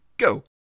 go